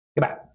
Goodbye